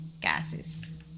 gases